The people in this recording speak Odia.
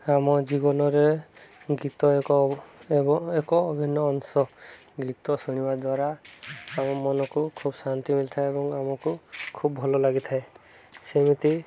ଆମ ଜୀବନରେ ଗୀତ ଏକ ଏକ ଅଭିନ୍ନ ଅଂଶ ଗୀତ ଶୁଣିବା ଦ୍ୱାରା ଆମ ମନକୁ ଖୁବ ଶାନ୍ତି ମିଳିଥାଏ ଏବଂ ଆମକୁ ଖୁବ୍ ଭଲ ଲାଗିଥାଏ ସେମିତି